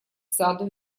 саду